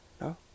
No